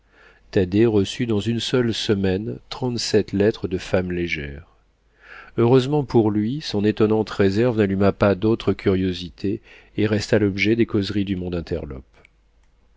thaddée reçut dans une seule semaine trente-sept lettres de femmes légères heureusement pour lui son étonnante réserve n'alluma pas d'autres curiosités et resta l'objet des causeries du monde interlope